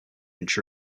inch